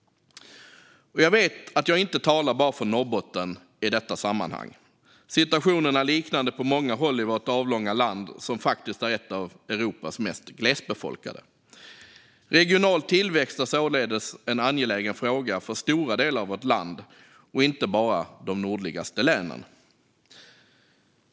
Och jag vet att jag inte bara talar för Norrbotten i detta sammanhang. Situationen är liknande på många håll i vårt avlånga land, som faktiskt är ett av Europas mest glesbefolkade. Regional tillväxt är således en angelägen fråga för stora delar av vårt land och inte bara för de nordligaste länen.